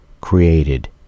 created